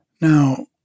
Now